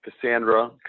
Cassandra